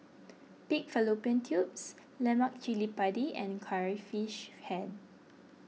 Pig Fallopian Tubes Lemak Cili Padi and Curry Fish Head